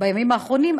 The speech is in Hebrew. בימים האחרונים,